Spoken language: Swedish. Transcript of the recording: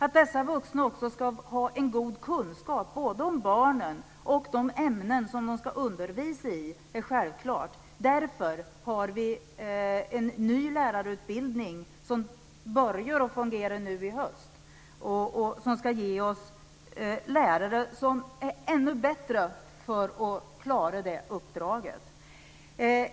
Att dessa vuxna också ska ha en god kunskap både om barnen och om de ämnen som de ska undervisa i är självklart. Därför börjar en ny lärarutbildning att fungera nu i höst som ska ge oss lärare som är ännu bättre på att klara det uppdraget.